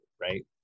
right